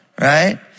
right